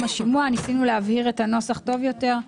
השימוע; ניסינו להבהיר את הנוסח טוב יותר.